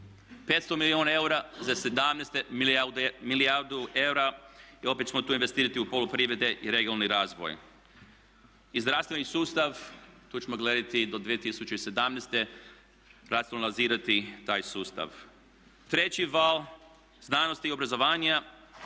500 milijuna eura, za 2017. milijardu eura i opet ćemo to investirati u poljoprivredu i regionalni razvoj. I zdravstveni sustav, tu ćemo gledati do 2017. racionalizirati taj sustav. Treći val, znanost i obrazovanje.